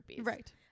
Right